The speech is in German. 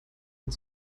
und